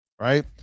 right